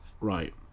Right